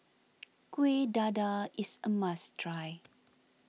Kuih Dadar is a must try